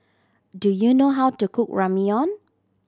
do you know how to cook Ramyeon